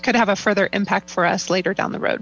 it could have a further impact for us later down the road